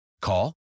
Call